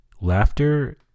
Laughter